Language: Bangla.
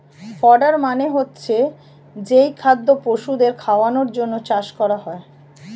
ফডার মানে হচ্ছে যেই খাদ্য পশুদের খাওয়ানোর জন্যে চাষ করা হয়